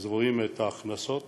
רואים את ההכנסות